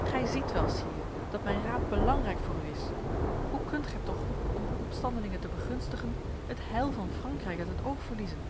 gij ziet wel sire dat mijn raad belangrijk voor u is hoe kunt gij toch om opstandelingen te begunstigen het heil van frankrijk uit het oog verliezen